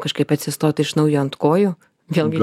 kažkaip atsistot iš naujo ant kojų vėlgi